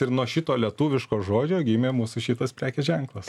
ir nuo šito lietuviško žodžio gimė mūsų šitas prekės ženklas